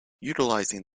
utilizing